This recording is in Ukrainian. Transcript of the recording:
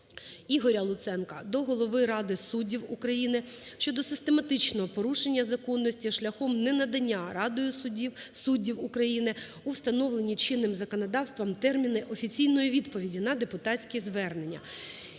Ігоря Луценка до Голови Ради суддів України щодо систематичного порушення законності шляхом ненадання Радою суддів України у встановлені чинним законодавством терміни офіційної відповіді на депутатські звернення.